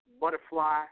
butterfly